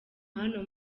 hano